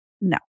No